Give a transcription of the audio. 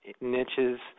niches